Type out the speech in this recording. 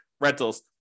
rentals